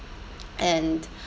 and